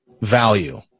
value